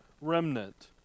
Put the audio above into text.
remnant